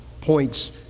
points